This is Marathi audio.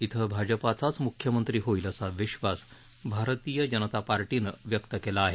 इथं भाजपाचाच म्ख्यमंत्री होईल असा विश्वास भारतीय जनता पार्टीनं व्यक्त केला आहे